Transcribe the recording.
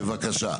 בבקשה.